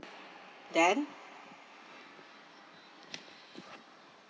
then